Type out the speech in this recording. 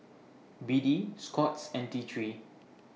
B D Scott's and T three